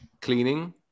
cleaning